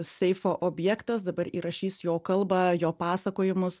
seifo objektas dabar įrašys jo kalba jo pasakojimus